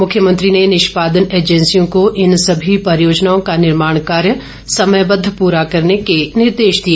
मुख्यमंत्री ने निष्पादन एजेंसियों को इन सभी परियोजनाओं का निर्माण कार्य समयबद्ध पूरा करने के निर्देश दिए